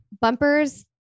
Bumpers